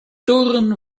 toren